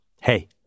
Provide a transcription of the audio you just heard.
Hey